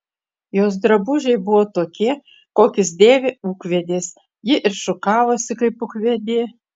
jos drabužiai buvo tokie kokius dėvi ūkvedės ji ir šukavosi kaip ūkvedė